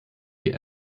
die